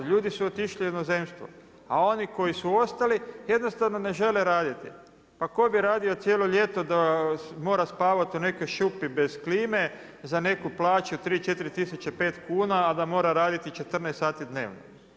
Ljudi su otišli u inozemstvo, a oni koji su ostali, jednostavno ne žele raditi, pa ko bi radio cijelo ljeto da mora spavati u nekoj šupi bez klime, za neku plaću, 3, 4, 5 tisuća kuna, a da mora raditi 14 sati dnevno.